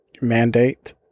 mandate